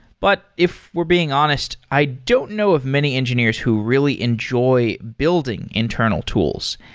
but if we're being honest, i don't know of many engineers who really enjoy building internal tools.